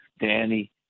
Danny